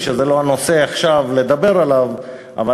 זה לא הנושא לדבר עליו עכשיו,